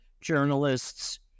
journalists